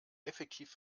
effektiv